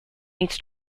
meets